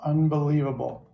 Unbelievable